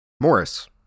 Morris